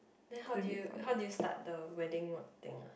then how do you how do you start the wedding work thing ah